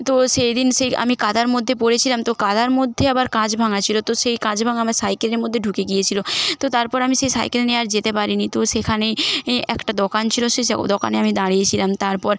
তো সেইদিন সেই আমি কাদার মধ্যে পড়েছিলাম তো কাদার মধ্যে আবার কাঁচ ভাঙ্গা ছিলো তো সেই কাঁচ ভাঙ্গা আমার সাইকেলের মধ্যে ঢুকে গিয়েছিলো তো তারপর আমি সেই সাইকেল নিয়ে আর যেতে পারি নি তো সেখানেই এই একটা দোকান ছিলো সে দোকানে আমি দাঁড়িয়ে ছিলাম তারপর